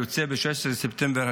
שיוצא השנה ב-16 בספטמבר.